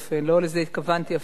לא לזה התכוונתי אפילו.